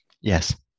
Yes